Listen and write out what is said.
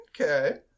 Okay